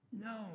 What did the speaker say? No